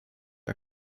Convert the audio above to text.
are